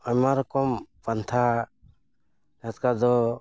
ᱟᱭᱢᱟ ᱨᱚᱠᱚᱢ ᱯᱟᱱᱛᱷᱟ ᱱᱮᱥᱠᱟᱨ ᱫᱚ